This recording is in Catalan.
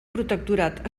protectorat